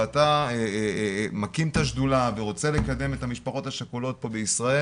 ואתה מקים את השדולה ורוצה לקדם את המשפחות השכולות פה בישראל